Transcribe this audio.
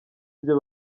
byo